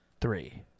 Three